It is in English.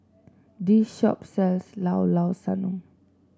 this shop sells Llao Llao Sanum